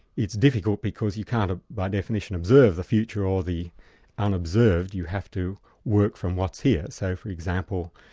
it's difficult because you can't ah by definition observe the future or the unobserved, you have to work from what's here. so, for example,